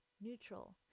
neutral